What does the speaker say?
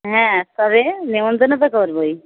হ্যাঁ তবে নেমন্তন্ন তো করবোই